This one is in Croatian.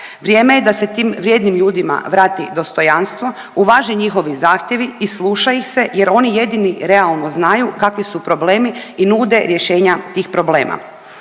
Vrijeme je da se tim vrijednim ljudima vrati dostojanstvo, uvaže njihovi zahtjevi i sluša ih se jer oni jedini realno znaju kakvi su problemi i nude rješenja tih problema.